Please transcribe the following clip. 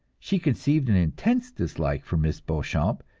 she conceived an intense dislike for miss beauchamp,